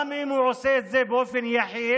גם אם הוא עושה את זה באופן יחיד,